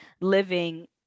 living